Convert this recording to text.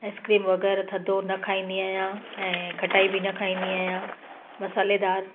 ice cream वग़ैरह थधो न खाईंदी आहियां ऐं खटाई बि न खाईंदी आहियां मसालेदार